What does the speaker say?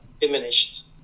diminished